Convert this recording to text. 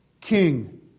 king